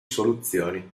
soluzioni